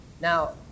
Now